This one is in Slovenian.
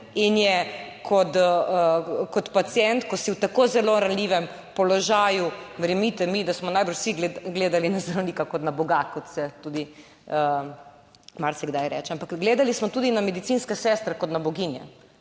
in je kot pacient, ko si v tako zelo ranljivem položaju, verjemite mi, da smo najbrž vsi gledali na zdravnika kot na Boga, kot se tudi marsikdaj reče. Ampak gledali smo tudi na medicinske sestre kot na boginje.